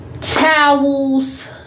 towels